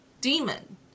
demon